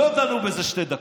לא דנו בזה שתי דקות,